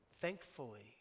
Thankfully